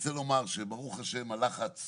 רוצה לומר שברוך השם, הלחץ